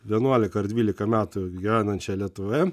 vienuolika ar dvylika metų gyvenančia lietuvoje